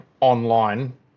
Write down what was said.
online